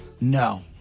No